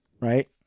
right